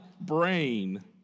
brain